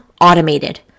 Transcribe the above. automated